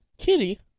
Kitty